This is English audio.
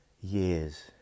years